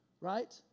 right